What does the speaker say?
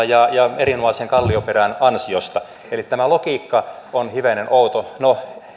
ja ja erinomaisen kallioperän ansiosta eli tämä logiikka on hivenen outo tai no